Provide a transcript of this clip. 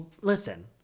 listen